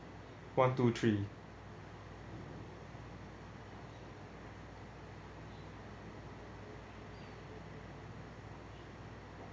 one two three